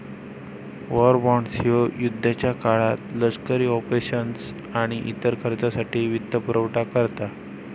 war bonds ह्यो युद्धाच्या काळात लष्करी ऑपरेशन्स आणि इतर खर्चासाठी वित्तपुरवठा करता